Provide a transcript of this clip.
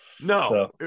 No